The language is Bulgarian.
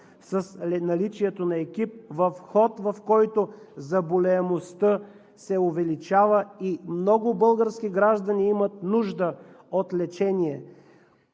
с наличието на екип в ход, в който заболеваемостта се увеличава и много български граждани имат нужда от лечение.